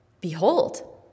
Behold